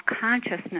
consciousness